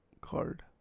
card